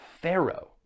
Pharaoh